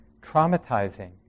traumatizing